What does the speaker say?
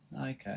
Okay